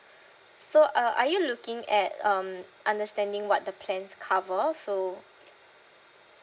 so uh are you looking at um understanding what the plans cover so